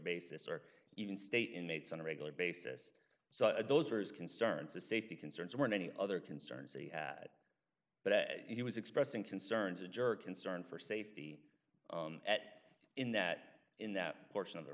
basis or even state inmates on a regular basis so those are his concerns the safety concerns weren't any other concerns he had but he was expressing concerns a jerk concern for safety at in that in that portion of the